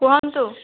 କୁହନ୍ତୁ